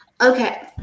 Okay